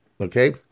Okay